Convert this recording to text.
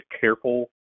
careful